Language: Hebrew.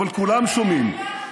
אבל כולם שומעים.